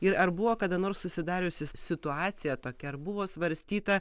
ir ar buvo kada nors susidariusi situacija tokia ar buvo svarstyta